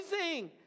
amazing